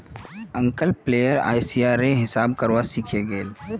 uncle player ICR रे हिसाब करवा सीखे गेल